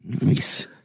Nice